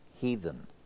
Heathen